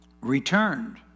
returned